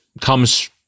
comes